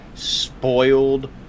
Spoiled